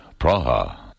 Praha